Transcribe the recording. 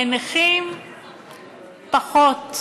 לנכים פחות.